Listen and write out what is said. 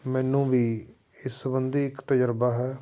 ਮੈਨੂੰ ਵੀ ਇਸ ਸਬੰਧੀ ਇੱਕ ਤਜਰਬਾ ਹੈ